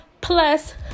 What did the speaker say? Plus